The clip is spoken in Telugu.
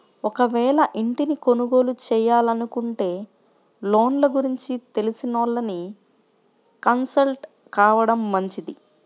ఒకవేళ ఇంటిని కొనుగోలు చేయాలనుకుంటే లోన్ల గురించి తెలిసినోళ్ళని కన్సల్ట్ కావడం మంచిది